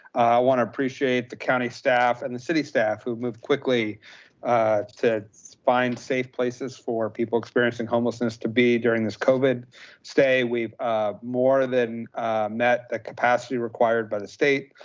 wanna appreciate the county staff and the city staff who moved quickly to find safe places for people experiencing homelessness to be during this covid stay, we've more than met capacity required by the state.